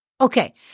Okay